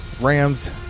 Rams